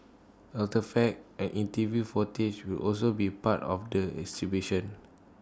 artefacts and interview footage will also be part of the exhibition